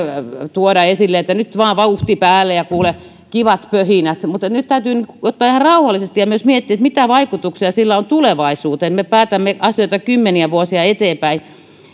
tuoda esille nyt vain vauhti päälle ja kuule kivat pöhinät mutta nyt täytyy ottaa ihan rauhallisesti ja myös miettiä mitä vaikutuksia sillä on tulevaisuuteen me päätämme asioita kymmeniä vuosia eteenpäin